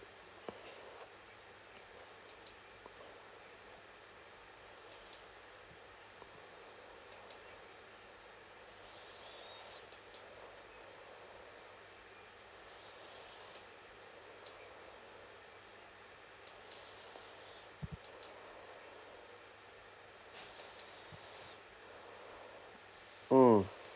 mm